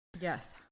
Yes